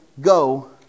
go